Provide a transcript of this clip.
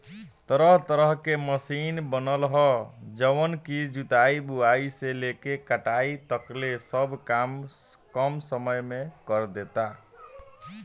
तरह तरह के मशीन बनल ह जवन की जुताई, बुआई से लेके कटाई तकले सब काम कम समय में करदेता